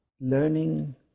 learning